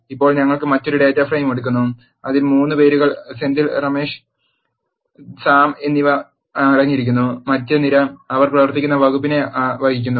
ഇപ്പോൾ ഞങ്ങൾ മറ്റൊരു ഡാറ്റാ ഫ്രെയിം എടുക്കുന്നു അതിൽ 3 പേരുകൾ സെന്തിൽ റമെഷ് സാം എന്നിവSenthil ramesh Sam അടങ്ങിയിരിക്കുന്നു മറ്റ് നിര അവർ പ്രവർത്തിക്കുന്ന വകുപ്പിനെ വഹിക്കുന്നു